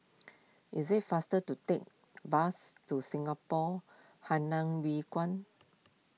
it is faster to take the bus to Singapore Hainan Hwee Kuan